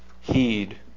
heed